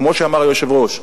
כמו שאמר היושב-ראש,